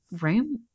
room